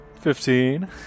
Fifteen